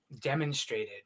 demonstrated